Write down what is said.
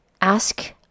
Ask